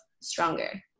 stronger